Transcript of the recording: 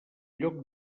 lloc